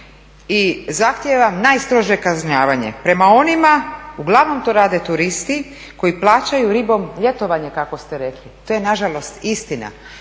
i zahtijevam najstrože kažnjavanje prema onima, uglavnom to rade turisti koji plaćaju ribom ljetovanje kako ste rekli to je na žalost istina.